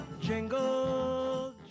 Jingle